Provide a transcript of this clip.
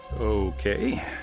Okay